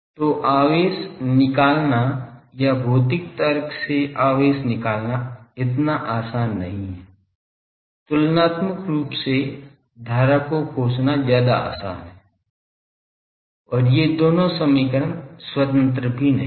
तो आवेश निकलना या भौतिक तर्क से आवेश निकलना इतना आसान नहीं है तुलनात्मक रूप से धारा को खोजना ज्यादा आसान है और ये दोनों समीकरण स्वतंत्र भी नहीं हैं